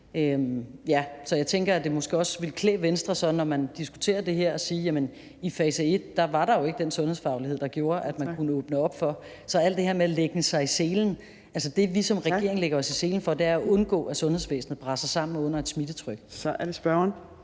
Så jeg tænker, at det måske også ville klæde Venstre, når man diskuterer det her, at sige, at i fase et var der ikke den sundhedsfaglighed, der gjorde, at man kunne åbne op. Så al det her med at lægge sig i selen, altså det, vi som regering lægger os i selen for, er at undgå, at sundhedsvæsenet braser sammen under et smittetryk. Kl. 15:12 Fjerde